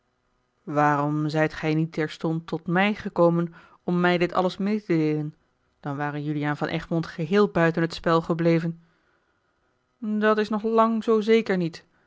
waarom zijt gij niet terstond tot mij gekomen om mij dit alles meê te deelen dan ware juliaan van egmond geheel buiten het spel gebleven dat is nog lang zoo zeker niet